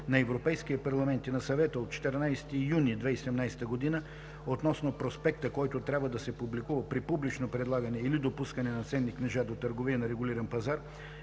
на Европейския парламент и на Съвета от 14 юни 2017 година относно проспекта, който трябва да се публикува при публично предлагане или допускане на ценни книжа до търговия на регулиран пазар,